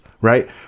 right